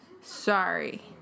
Sorry